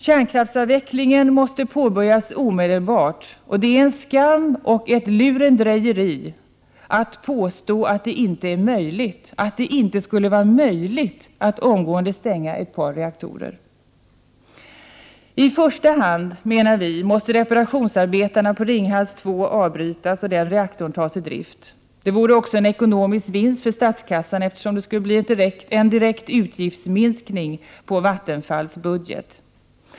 Kärnkraftsavvecklingen måste påbörjas omedelbart, och det är en skam och ett lurendrejeri att påstå att det inte är möjligt, att det inte skulle vara möjligt att omgående stänga ett par reaktorer. I första hand menar vi att reperationsarbetena på Ringhals 2 måste avbrytas och den reaktorn tas ur drift. Det vore också en ekonomisk vinst för statskassan, eftersom det skulle bli en direkt utgiftsminskning på Vattenfalls budget.